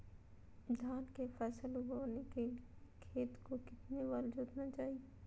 धान की फसल उगाने के लिए खेत को कितने बार जोतना चाइए?